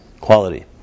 quality